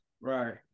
right